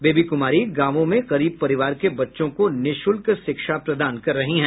baby Kumari गांवों में गरीब परिवार के बच्चों को निःशुल्क शिक्षा प्रदान कर रही हैं